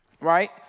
Right